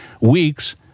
weeks